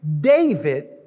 David